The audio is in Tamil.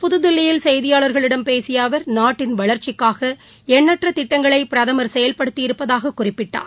புதுதில்லியில் செய்தியாளர்களிடம் பேசியஅவர் இன்று நாட்டின் வளர்ச்சிக்காகஎண்ணற்றதிட்டங்களைபிரதமா ்செயல்படுத்தி இருப்பதாகக் குறிப்பிட்டார்